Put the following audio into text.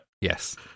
Yes